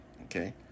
Okay